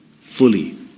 fully